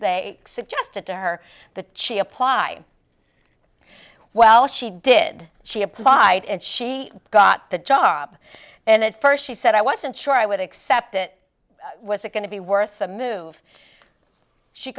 they suggested to her the cio apply well she did she applied and she got the job and at first she said i wasn't sure i would accept it was it going to be worth the move she